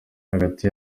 hagati